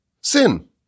sin